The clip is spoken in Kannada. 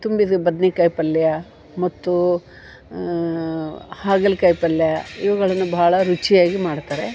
ತುಂಬಿದ ಬದ್ನೆಕಾಯಿ ಪಲ್ಯ ಮತ್ತು ಹಾಗಲ್ಕಾಯಿ ಪಲ್ಯ ಇವುಗಳನ್ನು ಭಾಳ ರುಚಿಯಾಗಿ ಮಾಡ್ತಾರೆ